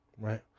right